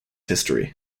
history